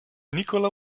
nikola